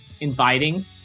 inviting